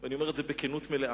אני אומר את זה בכנות מלאה,